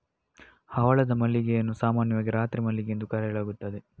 ಹವಳದ ಮಲ್ಲಿಗೆಯನ್ನು ಸಾಮಾನ್ಯವಾಗಿ ರಾತ್ರಿ ಮಲ್ಲಿಗೆ ಎಂದು ಕರೆಯಲಾಗುತ್ತದೆ